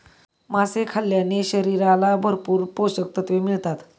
मासे खाल्ल्याने शरीराला भरपूर पोषकतत्त्वे मिळतात